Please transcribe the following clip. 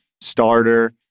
starter